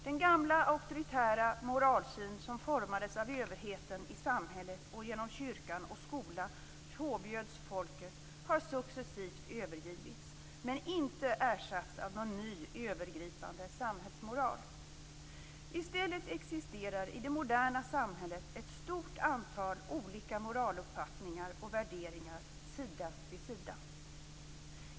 Den gamla auktoritära moralsyn som formades av överheten i samhället och genom kyrkan och skola påbjöds folket har successivt övergivits, men inte ersatts av någon ny, övergripande samhällsmoral. I stället existerar i det moderna samhället ett stort antal olika moraluppfattningar och värderingar sida vid sida.